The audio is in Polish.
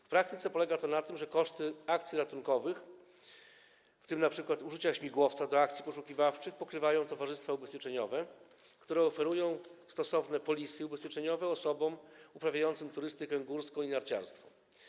W praktyce polega to na tym, że koszty akcji ratunkowych, w tym np. użycia śmigłowca do akcji poszukiwawczych, pokrywają towarzystwa ubezpieczeniowe, które oferują stosowne polisy ubezpieczeniowe osobom uprawiającym turystykę górską i narciarstwo.